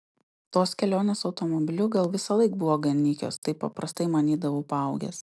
tos kelionės automobiliu gal visąlaik buvo gan nykios taip paprastai manydavau paaugęs